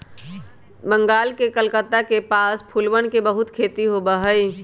बंगाल के कलकत्ता के पास फूलवन के बहुत खेती होबा हई